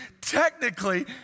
technically